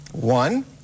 One